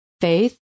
faith